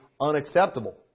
unacceptable